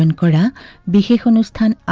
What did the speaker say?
and but be heathrow's ten